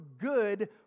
good